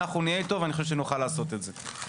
אנחנו נהיה איתו ואני חושב שנוכל לעשות את זה.